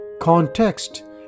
context